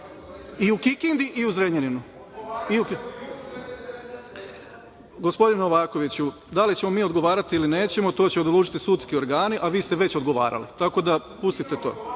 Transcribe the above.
I u Kikindi i u Zrenjaninu. Gospodine Novakoviću da li ćemo mi odgovarati ili nećemo, to će odlučiti sudski organi, a vi ste već odgovarali.(Borisav